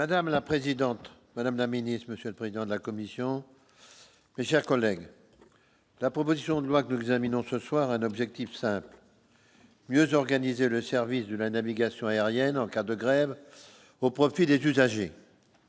Madame la présidente, Madame la Ministre, Monsieur le président de la commission mais, chers collègues, la proposition de loi que nous examinons ce soir un objectif simple : mieux organiser le service de la navigation aérienne en cas de grève au profit des usagers